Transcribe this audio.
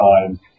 time